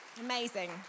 Amazing